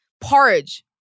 porridge